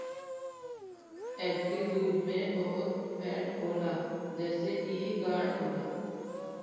एकरी दूध में बहुते फैट होला जेसे इ गाढ़ होला